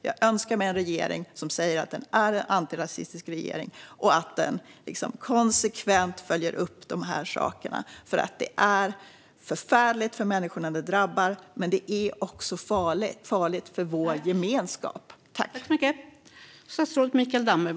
Jag önskar mig en regering som säger att den är antirasistisk och som konsekvent följer upp dessa saker. Det är förfärligt för de människor det drabbar, men det är också farligt för vår gemenskap.